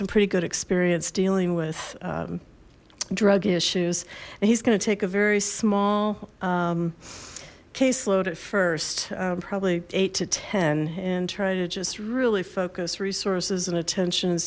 some pretty good experience dealing with drug issues and he's going to take a very small caseload at first probably eight to ten and try to just really focus resources and attention